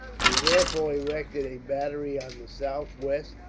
he therefore erected a battery on the southwest,